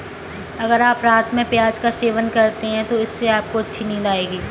अगर आप रात में प्याज का सेवन करते हैं तो इससे आपको अच्छी नींद आएगी